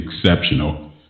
exceptional